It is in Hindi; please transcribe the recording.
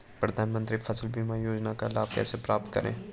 प्रधानमंत्री फसल बीमा योजना का लाभ कैसे प्राप्त करें?